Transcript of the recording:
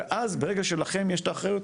ואז, ברגע שלכם יש את האחריות,